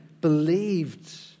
believed